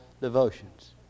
devotions